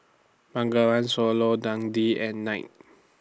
Bengawan Solo Dundee and Knight